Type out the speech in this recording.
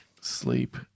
Sleep